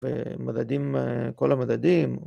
ומדדים, כל המדדים